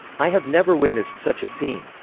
i have never witnessed such a scene.